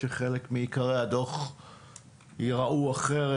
יכול להיות שחלק מעיקרי הדוח ייראו אחרת,